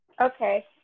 Okay